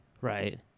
Right